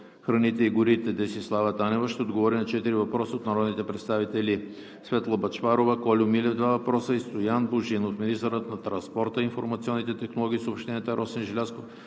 храните и горите Десислава Танева ще отговори на четири въпроса от народните представители Светла Бъчварова; Кольо Милев – два въпроса, и Стоян Божинов. 8. Министърът на транспорта, информационните технологии и съобщенията Росен Желязков